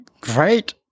Great